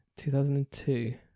2002